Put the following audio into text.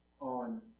on